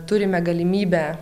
turime galimybę